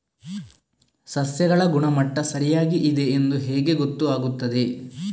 ಸಸ್ಯಗಳ ಗುಣಮಟ್ಟ ಸರಿಯಾಗಿ ಇದೆ ಎಂದು ಹೇಗೆ ಗೊತ್ತು ಆಗುತ್ತದೆ?